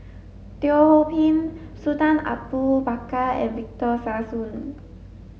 Teo Ho Pin Sultan Abu Bakar and Victor Sassoon